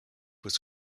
was